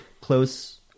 close